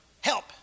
Help